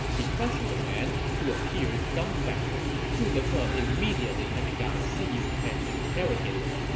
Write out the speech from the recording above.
he questioned the man, who appeared dumbfounded. zhuge ke ah immediately had the guy seized and interrogated.